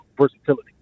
versatility